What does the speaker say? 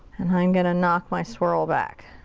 and i'm gonna knock my swirl back.